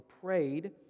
prayed